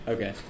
Okay